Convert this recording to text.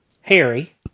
Harry